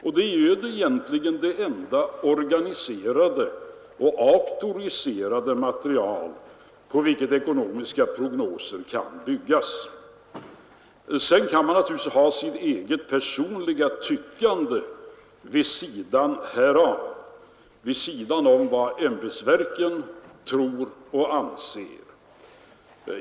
Och det är egentligen det enda organiserade och auktoriserade material på vilket ekonomiska prognoser kan byggas upp. Sedan kan man naturligtvis ha sitt eget personliga tyckande vid sidan om vad ämbetsverken tror och anser.